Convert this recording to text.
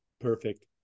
Perfect